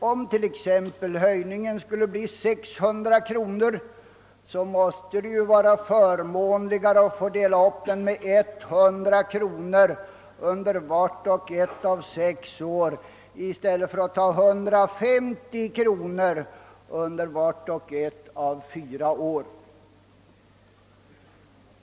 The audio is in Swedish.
Om höjningen skulle bli t.ex. 600 kronor måste det vara förmånligare att kunna dela upp den, så att man får räkna med 100 kronor under vart och ett av sex år i stället för 150 kronor under vart och ett av fyra år.